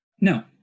No